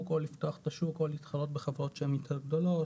או לפתוח את השוק או להתחרות בחברות שהן יותר גדולות.